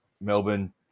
melbourne